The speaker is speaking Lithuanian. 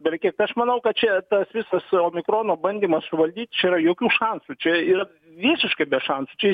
belekiek tai aš manau kad čia tas visas omikrono bandymas suvaldyt čia yra jokių šansų čia yra visiškai be šansų čia